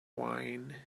wine